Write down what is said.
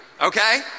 Okay